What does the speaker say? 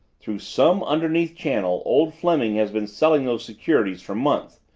through some underneath channel old fleming has been selling those securities for months,